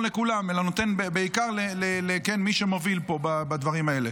לכולם אלא נותן בעיקר למי שמוביל פה בדברים האלה.